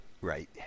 Right